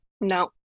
no